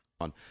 on